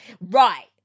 Right